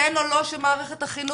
כן או לא שמערכת החינוך